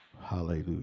Hallelujah